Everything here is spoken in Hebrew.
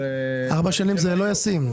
ארבע שנים, זה לא ישים.